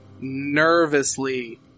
Nervously